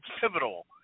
pivotal